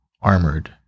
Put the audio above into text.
armored